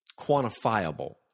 quantifiable